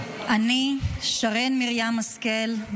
שרן מרים השכל,